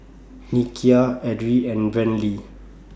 Nikia Edrie and Brantley